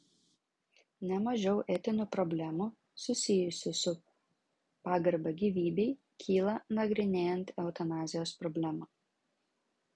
ne mažiau etinių problemų susijusių su pagarba gyvybei kyla nagrinėjant eutanazijos problemą